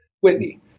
whitney